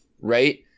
right